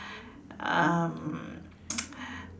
um